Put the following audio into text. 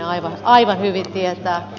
kiljunen aivan hyvin tietää